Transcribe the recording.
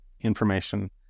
information